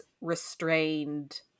restrained